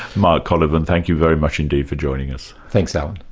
mark colyvan, thank you very much indeed for joining us. thanks, alan.